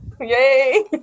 Yay